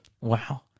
Wow